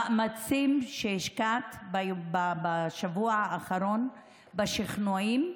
המאמצים שהשקעת בשבוע האחרון בשכנועים,